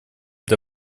для